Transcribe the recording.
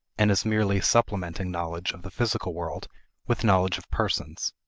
and as merely supplementing knowledge of the physical world with knowledge of persons.